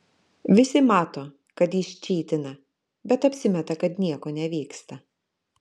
visi mato kad jis čytina bet apsimeta kad nieko nevyksta